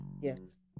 yes